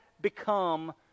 become